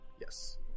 Yes